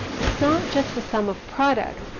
it's not just the sum of products,